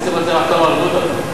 נסים רצה לחתום ערבות עליו.